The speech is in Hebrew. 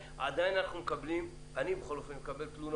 עדיין אנחנו מקבלים בכל אופן אני מקבל תלונות.